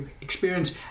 experience